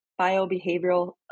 biobehavioral